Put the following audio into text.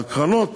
הקרנות